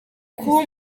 kuba